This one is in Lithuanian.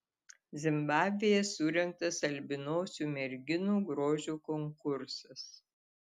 zimbabvėje surengtas albinosių merginų grožio konkursas